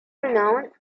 renowned